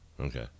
Okay